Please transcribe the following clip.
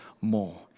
more